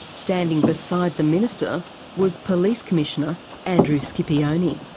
standing beside the minister was police commissioner andrew scipione.